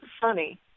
funny